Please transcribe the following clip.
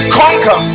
conquer